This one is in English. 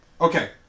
Okay